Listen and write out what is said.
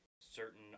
certain